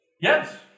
Yes